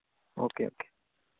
okay okay